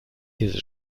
diese